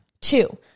two